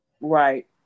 right